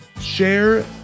share